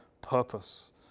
purpose